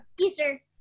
Easter